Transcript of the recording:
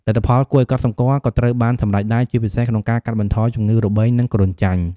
លទ្ធផលគួរឱ្យកត់សម្គាល់ក៏ត្រូវបានសម្រេចដែរ ជាពិសេសក្នុងការកាត់បន្ថយជំងឺរបេង និងគ្រុនចាញ់។